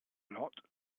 lot